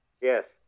Yes